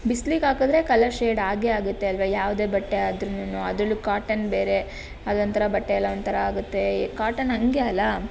ಬಿಸಿಲಿಗೆ ಹಾಕಿದರೆ colour shade ಆಗೇ ಆಗುತ್ತೆ ಅಲ್ವಾ ಯಾವುದೇ ಬಟ್ಟೆ ಅದರೂನೂನು ಅದರಲ್ಲೂ ಕಾಟನ್ ಬೇರೆ ಅದೊಂಥರ ಬಟ್ಟೆ ಎಲ್ಲ ಒಂಥರ ಆಗತ್ತೆ ಕಾಟನ್ ಹಾಗೆ ಅಲ್ವಾ